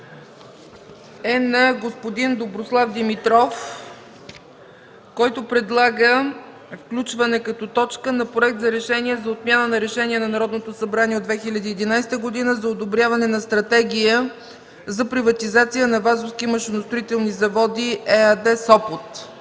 е на господин Доброслав Димитров, който предлага включване като точка на Проект за решение за отмяна на Решение на Народното събрание от 2011 г. за одобряване на Стратегия за приватизация на „Вазовски машиностроителни заводи” ЕАД, Сопот.